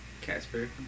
Casper